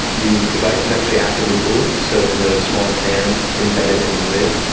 the device is actually actively cooled. so there is a small fan embedded in the lid.